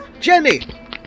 Jenny